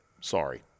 Sorry